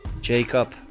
Jacob